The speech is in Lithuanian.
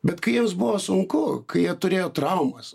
bet kai jiems buvo sunku kai jie turėjo traumas